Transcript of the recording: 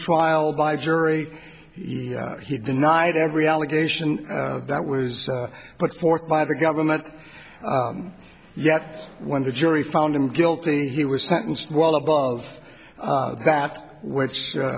trial by jury he denied every allegation that was put forth by the government yet when the jury found him guilty he was sentenced well above that which